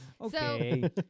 Okay